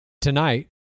tonight